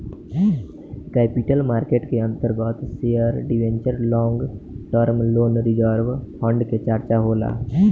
capital market के अंतर्गत share debenture long term loan reserve fund के चर्चा होला